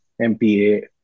mpa